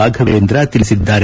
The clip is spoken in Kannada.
ರಾಘವೇಂದ್ರ ತಿಳಿಸಿದ್ದಾರೆ